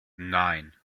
nine